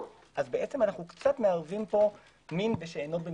אז למעשה אנחנו קצת מערבים פה מין בשאינו במינו,